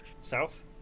South